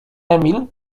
emil